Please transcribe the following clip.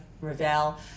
Ravel